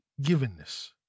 givenness